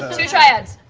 two triads.